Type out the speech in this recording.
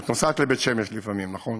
את נוסעת לבית שמש לפעמים, נכון?